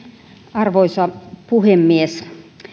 arvoisa puhemies